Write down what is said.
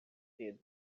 cedo